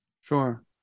Sure